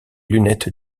lunettes